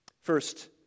First